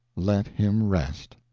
let him rest.